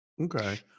okay